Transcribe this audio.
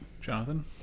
Jonathan